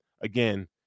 Again